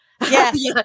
Yes